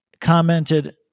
commented